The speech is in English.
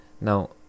Now